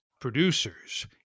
producers